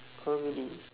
comedy